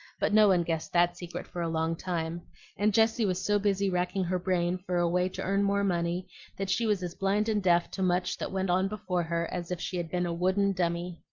but no one guessed that secret for a long time and jessie was so busy racking her brain for a way to earn more money that she was as blind and deaf to much that went on before her as if she had been a wooden dummy.